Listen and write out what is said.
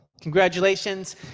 congratulations